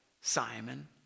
Simon